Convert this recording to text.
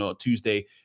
Tuesday